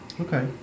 Okay